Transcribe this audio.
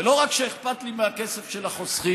ולא רק שאכפת לי מהכסף של החוסכים,